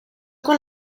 con